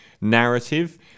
narrative